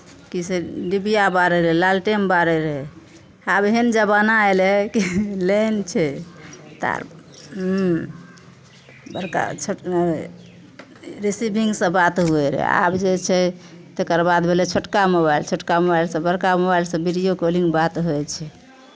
कि से डिबिया बारैत रहै लालटेन बारैत रहै आब एहन जमाना अयलै कि लेन छै तार बड़का छोट रिसिविंगसँ बात हुए रहै आब जे छै तकरबाद भेलै छोटका मोबाइल छोटका मोबाइलसँ बड़का मोबाइलसँ वीडियो कॉलिंग बात होइ छै